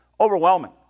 overwhelming